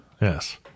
Yes